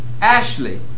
Ashley